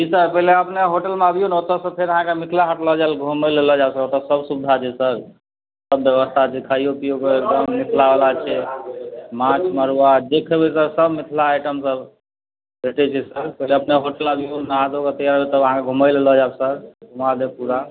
जी sir पहिले अपने होटलमे आबियौ ने ओतयसँ फेर अहाँके मिथिला हाट लए जायब घुमय लए लअ जायब सर ओतय सब सुविधा छै सर सब व्यवस्था छै खाइयो पियो कऽ एकदम मिथिलावला छै माछ मरुआ जे खेबय सर सब मिथिला आइटम सब भेटय छै सर पहिले अपने होटल आबियौ ने नहा धोके तैयार हो तब अहाँके घुमय लए लअ जायब सर घुमा देब पूरा